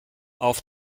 auf